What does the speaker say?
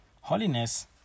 Holiness